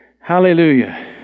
Hallelujah